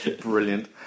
Brilliant